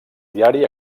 diari